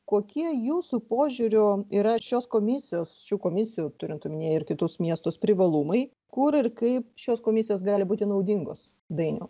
kokie jūsų požiūriu yra šios komisijos šių komisijų turint omenyje ir kitus miestus privalumai kur ir kaip šios komisijos gali būti naudingos dainiau